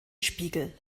spiegel